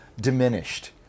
diminished